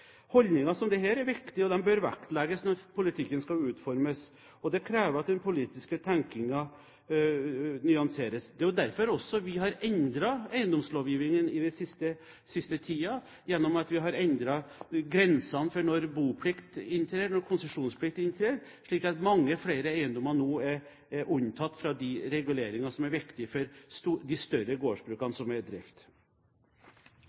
er viktige, og de bør vektlegges når politikken skal utformes. Det krever at den politiske tenkningen nyanseres. Det er jo derfor vi også har endret eiendomslovgivningen i den siste tiden, gjennom at vi har endret grensene for når boplikt inntrer og når konsesjonsplikt inntrer, slik at mange flere eiendommer nå er unntatt fra de reguleringene som er viktige for de større gårdsbrukene